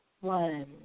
One